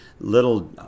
little